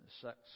sex